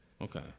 Okay